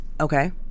Okay